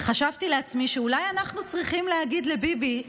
חשבתי לעצמי שאולי אנחנו צריכים להגיד לביבי: